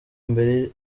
mbere